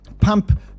pump